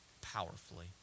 powerfully